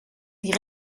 die